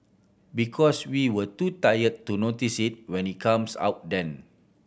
because we were too tired to notice it when it comes out then